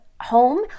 home